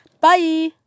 Bye